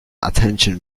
attention